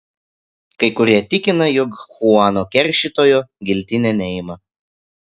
kai kurie tikina jog chuano keršytojo giltinė neima